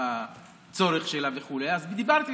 אז דיברתי,